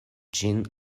ĝin